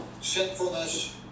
sinfulness